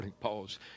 Paul's